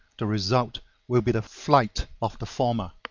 the result will be the flight of the former.